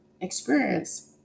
experience